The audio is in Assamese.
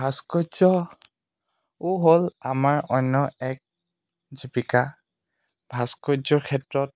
ভাস্কৰ্যও হ'ল আমাৰ অন্য এক জীৱিকা ভাস্কৰ্যৰ ক্ষেত্ৰত